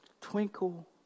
twinkle